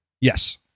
Yes